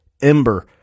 Ember